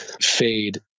fade